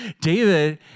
David